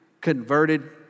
converted